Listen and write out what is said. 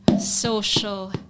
social